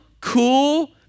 cool